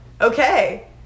okay